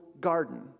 garden